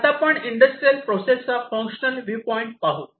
आता आपण इंडस्ट्रियल प्रोसेसचा फंक्शनल व्ह्यू पॉईंट पाहू